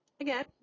again